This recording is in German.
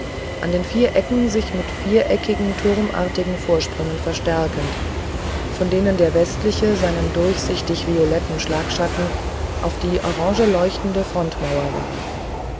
an den vier ecken sich mit viereckigen turmartigen vorsprüngen verstärkend von denen der westliche seinen durchsichtig violetten schlagschatten auf die orangeleuchtende frontmauer warf